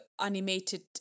animated